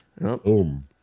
Boom